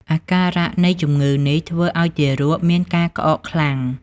អាការៈនៃជម្ងឺនេះធ្វើឱ្យទារកមានការក្អកខ្លាំង។